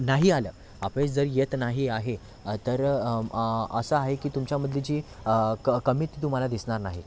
नाही आलं अपयश जरी येत नाही आहे तर असं आहे की तुमच्यामध्ये जी क कमीच तुम्हाला दिसणार नाही